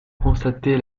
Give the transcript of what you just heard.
constaté